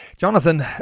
Jonathan